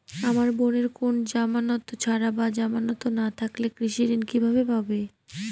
আমার বোনের কোন জামানত ছাড়া বা জামানত না থাকলে কৃষি ঋণ কিভাবে পাবে?